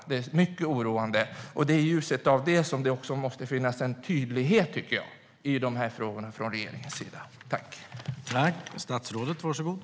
Det är mycket oroande, och det är i ljuset av det jag tycker att det måste finnas en tydlighet från regeringens sida i dessa frågor.